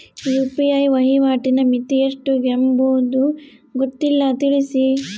UPI ವಹಿವಾಟಿನ ಮಿತಿ ಎಷ್ಟು ಎಂಬುದು ಗೊತ್ತಿಲ್ಲ? ತಿಳಿಸಿ?